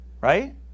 Right